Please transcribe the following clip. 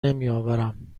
نمیآورم